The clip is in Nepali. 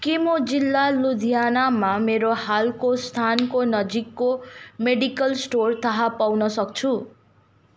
के म जिल्ला लुधियानामा मेरो हालको स्थानको नजिकको मेडिकल स्टोर थाहा पाउन सक्छु